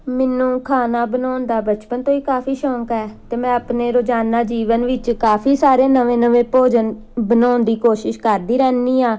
ਮੈਨੂੰ ਖਾਣਾ ਬਣਾਉਣ ਦਾ ਬਚਪਨ ਤੋਂ ਹੀ ਕਾਫੀ ਸ਼ੌਕ ਹੈ ਅਤੇ ਮੈਂ ਆਪਣੇ ਰੋਜ਼ਾਨਾ ਜੀਵਨ ਵਿੱਚ ਕਾਫੀ ਸਾਰੇ ਨਵੇਂ ਨਵੇਂ ਭੋਜਨ ਬਣਾਉਣ ਦੀ ਕੋਸ਼ਿਸ਼ ਕਰਦੀ ਰਹਿੰਦੀ ਹਾਂ